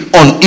on